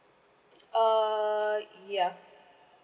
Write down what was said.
err yeah